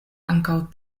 ankaŭ